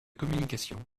communication